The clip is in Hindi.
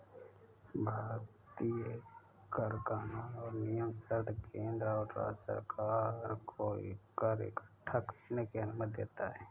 भारतीय कर कानून और नियम सिर्फ केंद्र और राज्य सरकार को कर इक्कठा करने की अनुमति देता है